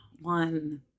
One